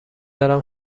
دارم